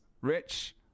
Rich